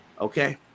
Okay